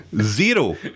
Zero